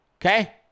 Okay